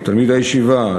תלמיד הישיבה,